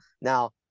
Now